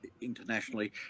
internationally